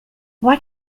why